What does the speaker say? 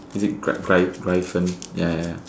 is it gri~ griffon ya ya ya